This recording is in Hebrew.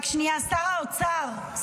שר האוצר,